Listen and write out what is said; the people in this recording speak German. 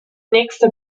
nächste